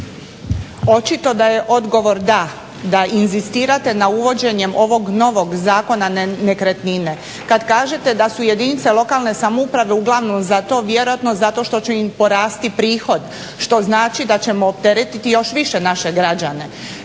Očito je da je odgovor da, da inzistirate na uvođenjem ovog novog Zakona na nekretnine. Kada kažete da su jedinice lokalne samouprave uglavnom zato, vjerojatno zato što će im porasti prihod što znači da ćemo opteretiti još više naše građane.